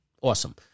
awesome